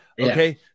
okay